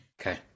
Okay